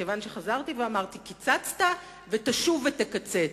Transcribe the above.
כיוון שחזרתי ואמרתי: קיצצת ותשוב ותקצץ,